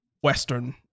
Western